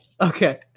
Okay